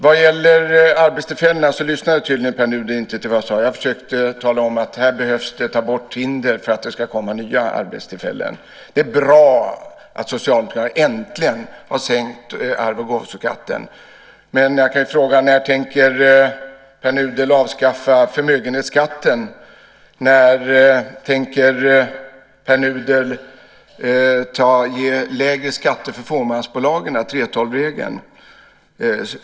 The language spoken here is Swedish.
Vad gäller arbetstillfällena lyssnade tydligen Pär Nuder inte till vad jag sade. Jag försökte tala om att man behöver ta bort hinder för att det ska komma nya arbetstillfällen. Det är bra att Socialdemokraterna äntligen har sänkt arvs och gåvoskatten. Men när tänker Pär Nuder avskaffa förmögenhetsskatten? När tänker Pär Nuder ge lägre skatter till fåmansbolagen, 3:12-regeln?